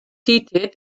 seated